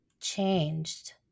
changed